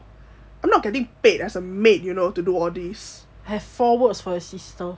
I'm not getting paid as a maid you know to do all these